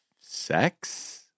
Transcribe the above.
sex